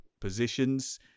positions